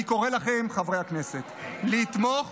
אני קורא לכם, חברי הכנסת, לתמוך